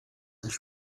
del